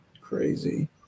Crazy